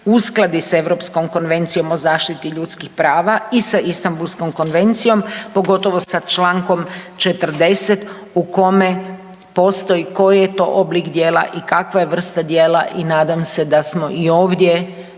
uskladi s Europskom konvencijom o zaštiti ljudskih prava i sa Istambulskom konvencijom, pogotovo sa čl. 40 u kome postoji koji je to oblik djela i kakva je vrsta djela i nadam se da smo i ovdje